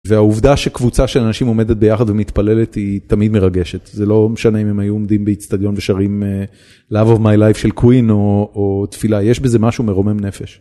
והעובדה שקבוצה של אנשים עומדת ביחד ומתפללת היא תמיד מרגשת. זה לא משנה אם הם היו עומדים באיצטדיון ושרים Love of my life של קווין או תפילה, יש בזה משהו מרומם נפש.